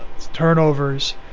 turnovers